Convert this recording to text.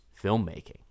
filmmaking